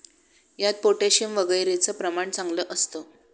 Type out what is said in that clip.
यात पोटॅशियम वगैरेचं प्रमाण चांगलं असतं